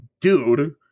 dude